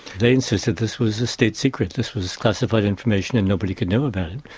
they insisted this was a state secret, this was classified information and nobody could know about it.